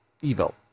evil